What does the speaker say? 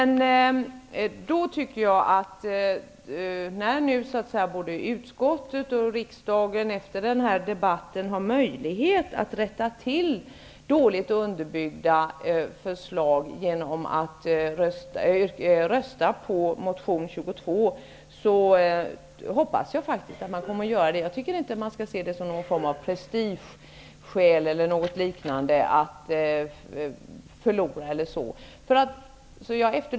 Nu har både riksdagen och utskottet efter denna debatt möjlighet att rätta till detta dåligt underbyggda förslag genom att rösta för motion Ub22, vilket jag hoppas att man kommer att göra. Jag tycker inte att man skall se det som någon form av prestigeförlust att förlora.